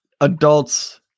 adults